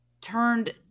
turned